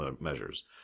measures